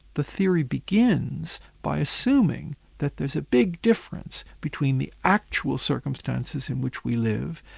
the theory begins by assuming that there's a big difference between the actual circumstances in which we live,